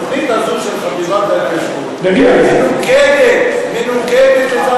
התוכנית הזאת של חטיבת ההתיישבות מנוגדת לתמ"א